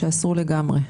שאסרו לגמרי.